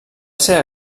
ser